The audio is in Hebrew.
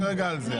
אנחנו על זה.